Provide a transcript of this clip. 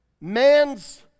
man's